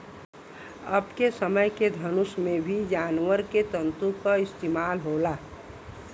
अबके समय के धनुष में भी जानवर के तंतु क इस्तेमाल होला